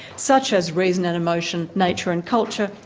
such as reason and emotion, nature and culture,